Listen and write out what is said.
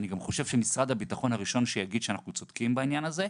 אני גם חושב שמשרד הביטחון הראשון שיגיד שאנחנו צודקים בעניין הזה.